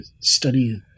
study